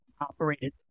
operated